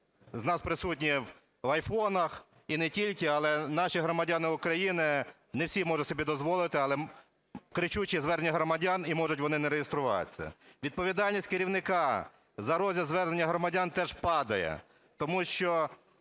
з нас присутні в айфонах і не тільки, але наші громадяни України не всі можуть собі дозволити. Але кричущі звернення громадян, і можуть вони не реєструватися. Відповідальність керівника за розгляд звернень громадян теж падає. Тому що